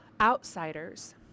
outsiders